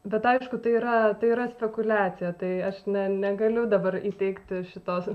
bet aišku tai yra tai yra spekuliacija tai aš ne negaliu dabar įteikti šito